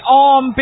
on